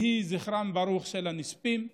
יהי זכרם של הנספים ברוך,